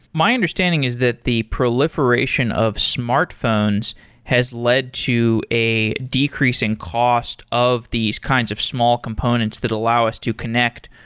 my understanding is that the proliferation of smartphones has led to a decreasing cost of these kinds of small components that allow us to connect,